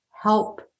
help